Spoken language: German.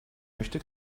möchte